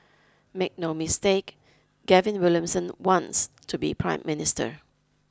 make no mistake Gavin Williamson wants to be Prime Minister